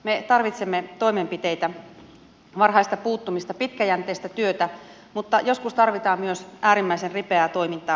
me tarvitsemme toimenpiteitä varhaista puuttumista pitkäjänteistä työtä mutta joskus tarvitaan myös äärimmäisen ripeää toimintaa